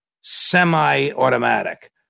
semi-automatic